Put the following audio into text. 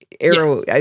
arrow